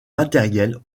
matériel